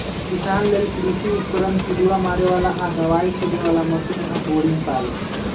किसान लेल कृषि उपकरण पिलुआ मारे बला आऽ दबाइ छिटे बला मशीन आऽ बोरिंग पाइप